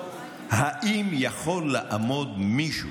האם יכול לעמוד מישהו,